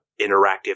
interactive